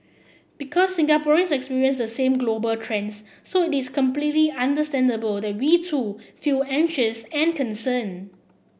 because Singaporeans experience the same global trends so it is completely understandable that we too feel anxious and concern